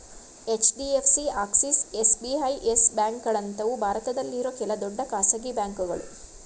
HDFC, Axis, SBI, Yes ಬ್ಯಾಂಕ್ಗಳಂತವು ಭಾರತದಲ್ಲಿರೋ ಕೆಲ ದೊಡ್ಡ ಖಾಸಗಿ ಬ್ಯಾಂಕುಗಳು